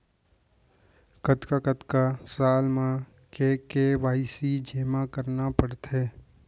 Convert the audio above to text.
कतका कतका साल म के के.वाई.सी जेमा करना पड़थे?